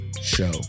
Show